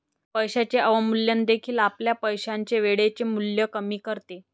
पैशाचे अवमूल्यन देखील आपल्या पैशाचे वेळेचे मूल्य कमी करते